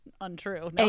untrue